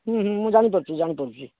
ହୁଁ ହୁଁ ମୁଁ ଜାଣିପାରୁଛି ଜାଣିପାରୁଛି